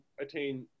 attain